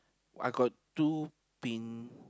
I got two pin